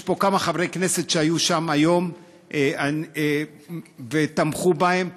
יש פה כמה חברי כנסת שהיו שם היום ותמכו בהם,